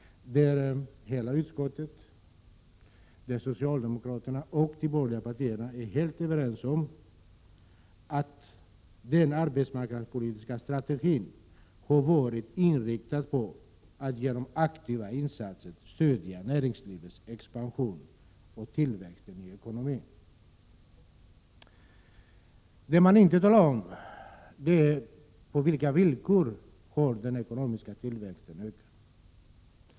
Utskottets majoritet, dvs. socialdemokraterna och de borgerliga partierna, är helt överens om att den arbetsmarknadspolitiska strategin har varit inriktad på att genom aktiva insatser stödja tillväxten i ekonomin och näringslivets expansion. Vad man inte talar om är på vilka villkor den ekonomiska tillväxten tillåtits öka.